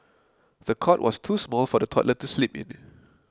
the cot was too small for the toddler to sleep in